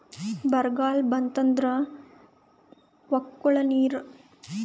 ಬರ್ಗಾಲ್ ಬಂತಂದ್ರ ಬಕ್ಕುಳ ನೀರ್ ತೆಗಳೋದೆ, ಕಮ್ಮಿ ನೀರ್ ತೆಗಳೋ ರಾಗಿ ಪ್ರಜಾತಿ ಆದ್ ಏನ್ರಿ ಸಾಹೇಬ್ರ?